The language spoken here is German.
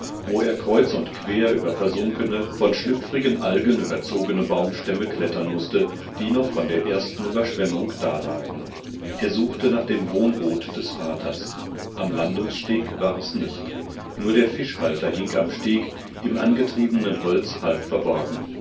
wo er kreuz und quer über versunkene von schlüpfrigen algen überzogene baumstämme klettern mußte die noch von der ersten überschwemmung dalagen er suchte nach dem wohnboot des vaters am landungssteg war es nicht nur der fischhalter hing am steg im angetriebenen holz halb verborgen